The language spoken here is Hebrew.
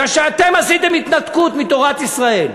כי אתם עשיתם התנתקות מתורת ישראל.